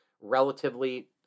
relatively –